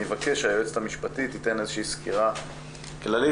אני אבקש שהיועצת המשפטית תיתן איזושהי סקירה כללית,